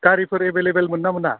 गारिफोर एभेलेबेल मोनना मोना